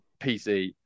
PC